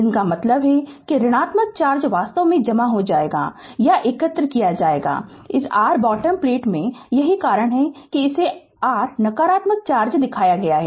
इसका मतलब है कि ऋणात्मक चार्ज वास्तव में जमा हो जाएगा या एकत्र किया जाएगा इस r कॉल बॉटम प्लेट में यही कारण है कि इसे r नकारात्मक चार्ज दिखाया जाता है